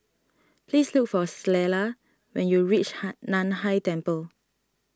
please look for Clella when you reach Hai Nan Hai Temple